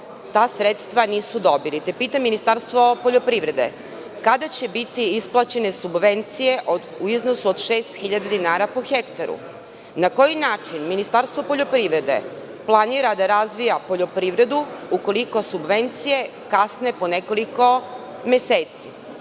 ta sredstva nisu dobili. Pitam Ministarstvo poljoprivrede – kada će biti isplaćenje subvencije u iznosu od 6.000 dinara po hektaru? Na koji način Ministarstvo poljoprivrede planira da razvija poljoprivredu ukoliko subvencije kasne po nekoliko meseci? Drugo